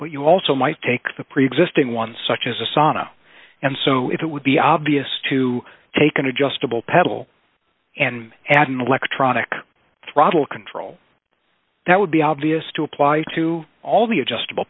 but you also might take the preexisting one such as a sauna and so it would be obvious to take an adjustable pedal and add an electronic throttle control that would be obvious to apply to all the adjustable